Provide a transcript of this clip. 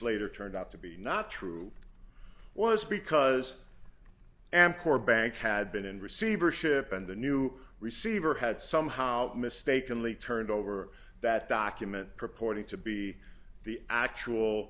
later turned out to be not true was because i am poor bank had been in receivership and the new receiver had somehow mistakenly turned over that document purporting to be the actual